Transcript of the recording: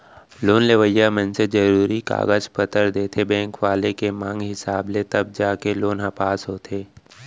loan लेवइया मनसे जरुरी कागज पतर देथे बेंक वाले के मांग हिसाब ले तब जाके लोन ह पास होथे